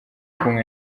kumwe